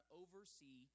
oversee